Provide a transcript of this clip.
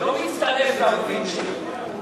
לא יצטרף לאויבים שלי.